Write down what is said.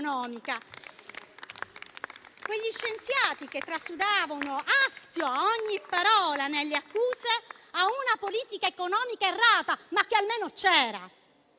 quegli scienziati che trasudavano astio a ogni parola nelle loro accuse a una politica economica errata, ma che almeno c'era?